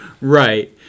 Right